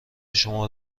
شما